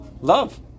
Love